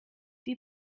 die